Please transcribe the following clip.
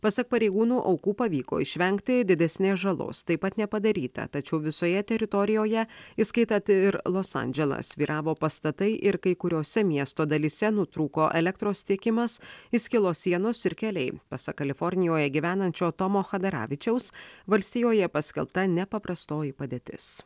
pasak pareigūnų aukų pavyko išvengti didesnės žalos taip pat nepadaryta tačiau visoje teritorijoje įskaitat ir los andželą svyravo pastatai ir kai kuriose miesto dalyse nutrūko elektros tiekimas įskilo sienos ir keliai pasak kalifornijoje gyvenančio tomo chadaravičiaus valstijoje paskelbta nepaprastoji padėtis